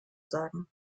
sagen